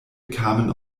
kamen